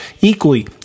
Equally